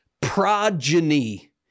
progeny